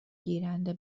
گیرنده